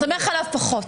סומך עליו פחות.